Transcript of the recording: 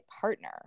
partner